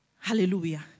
Hallelujah